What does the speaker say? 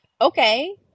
okay